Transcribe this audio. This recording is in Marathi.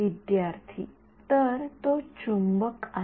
विद्यार्थीः तर तो चुंबक आहे